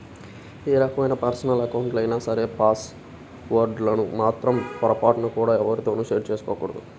ఏ రకమైన పర్సనల్ అకౌంట్లైనా సరే పాస్ వర్డ్ లను మాత్రం పొరపాటున కూడా ఎవ్వరితోనూ షేర్ చేసుకోకూడదు